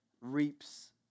reaps